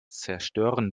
zerstören